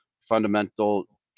fundamental